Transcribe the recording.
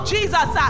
Jesus